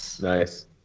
Nice